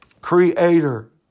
creator